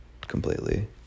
completely